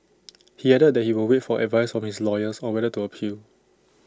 he added that he will wait for advice from his lawyers on whether to appeal